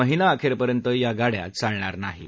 महिनाअखेरपर्यंत या गाड्या चालणार नाहीत